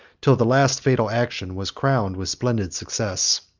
till the last fatal action, was crowned with splendid success.